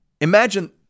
Imagine